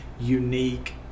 unique